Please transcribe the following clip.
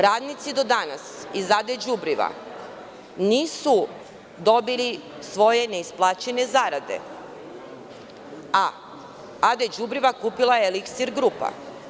Radnici do danas iz „AD Đubriva“ nisu dobili svoje neisplaćene zarade, a „AD Đubriva“ kupila je „Eliksir grupa“